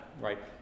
right